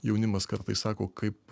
jaunimas kartais sako kaip